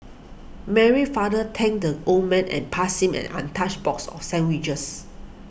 Mary's father thanked the old man and passed him an untouched box of sandwiches